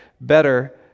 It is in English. better